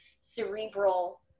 cerebral